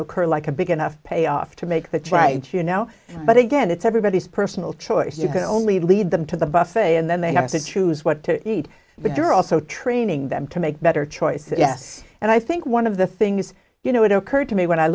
occur like a big enough payoff to make the try to you know but again it's everybody's personal choice you can only lead them to the buffet and then they have to choose what to eat but they're also training them to make better choices yes and i think one of the things you know it occurred to me when i